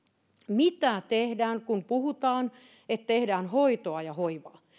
mitä tehdään kun puhutaan että tehdään hoitoa ja hoivaa